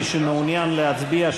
מי שמעוניין להצביע,